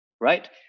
right